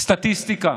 סטטיסטיקה,